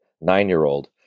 nine-year-old